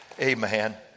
Amen